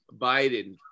Biden